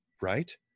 Right